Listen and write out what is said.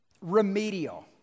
remedial